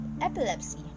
epilepsy